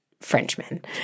Frenchmen